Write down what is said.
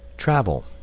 travel